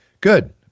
Good